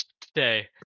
today